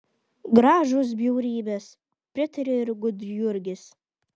gražūs bjaurybės pritarė ir gudjurgis